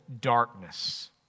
darkness